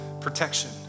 protection